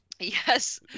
Yes